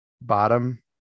bottom